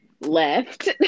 left